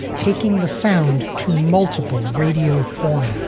taking the sound to multiple radio formats,